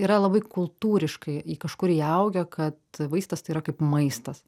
yra labai kultūriškai į kažkur įaugę kad vaistas tai yra kaip maistas